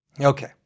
okay